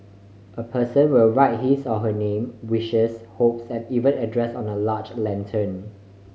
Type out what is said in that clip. a person will write his or her name wishes hopes and even address on a large lantern